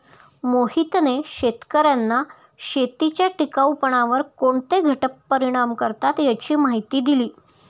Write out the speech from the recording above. मोहितने शेतकर्यांना शेतीच्या टिकाऊपणावर कोणते घटक परिणाम करतात याची माहिती दिली